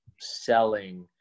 selling